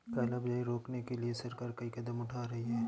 काला बाजारी रोकने के लिए सरकार कई कदम उठा रही है